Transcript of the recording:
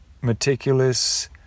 meticulous